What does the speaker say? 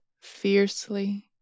fiercely